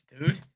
dude